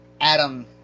Adam